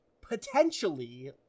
Potentially